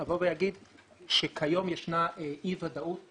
אומר שכיום יש אי ודאות